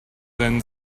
then